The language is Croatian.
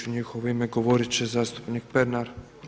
U njihovo ime govorit će zastupnik Pernar.